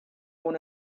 one